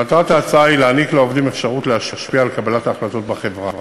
מטרת ההצעה היא להעניק לעובדים אפשרות להשפיע על קבלת ההחלטות בחברה.